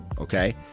Okay